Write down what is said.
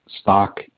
Stock